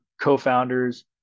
co-founders